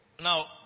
Now